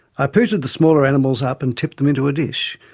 i pootered the smaller animals up and tipped them into a dish,